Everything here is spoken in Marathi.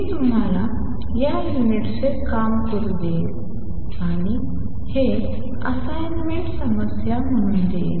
मी तुम्हाला या युनिट्सचे काम करू देईन आणि हे असाइनमेंट समस्या म्हणून देईन